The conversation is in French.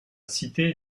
cité